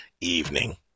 evening